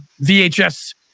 VHS